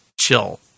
chill